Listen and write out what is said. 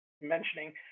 mentioning